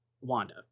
Wanda